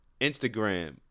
Instagram